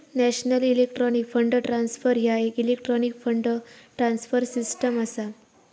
national electronic fund transfer ह्या येक electronic fund transfer system असा